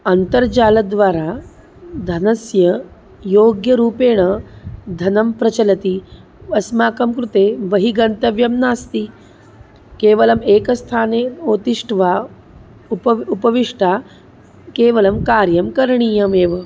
अन्तर्जालद्वारा धनस्य योग्यरूपेण धनं प्रचलति अस्माकं कृते बहिः गन्तव्यं नास्ति केवलम् एकस्थाने उप उपविष्टा केवलं कार्यं करणीयमेव